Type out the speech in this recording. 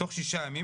מתוך שישה ימים,